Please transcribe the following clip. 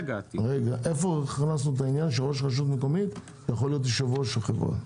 -- איפה הכנסנו את העניין שראש רשות מקומית יכול להיות יושב-ראש חברה?